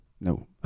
No